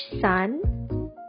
sun